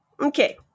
Okay